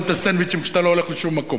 את הסנדוויצ'ים כשאתה לא הולך לשום מקום.